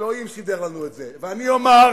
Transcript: אלוהים סידר לנו את זה, ואני אומַר: